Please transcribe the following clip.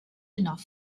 enough